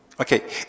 Okay